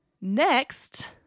Next